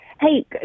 hey